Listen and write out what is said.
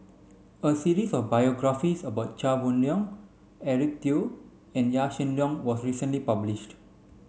a series of biographies about Chia Boon Leong Eric Teo and Yaw Shin Leong was recently published